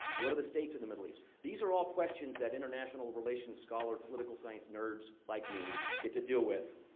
what are the states in the middle east? these are all questions that international relations scholar, political science nerds, like me, get to deal with